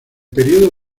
periodo